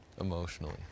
emotionally